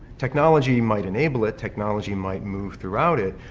technology might enable it, technology might move throughout it,